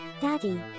daddy